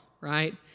Right